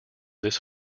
this